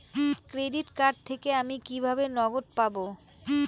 Credit card থেকে আমি কিভাবে নগদ পাব?